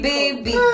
Baby